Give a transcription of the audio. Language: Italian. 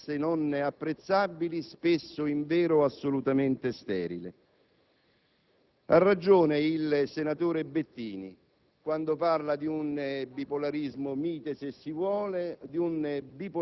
Sono rimasto molto colpito dalle dichiarazioni del senatore e, se mi consente, amico, Goffredo Bettini che condivido quasi integralmente.